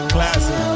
Classic